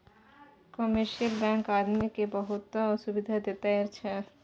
commercial bank आदमी केँ बहुतेक सुविधा दैत रहैत छै